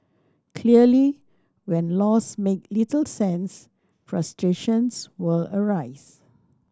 clearly when laws make little sense frustrations will arise